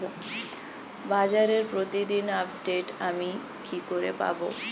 বাজারের প্রতিদিন আপডেট আমি কি করে পাবো?